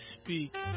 speak